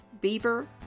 Beaver